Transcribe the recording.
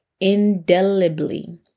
indelibly